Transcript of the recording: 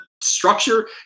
structure